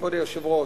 כבוד היושב-ראש,